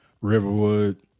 Riverwood